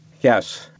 Yes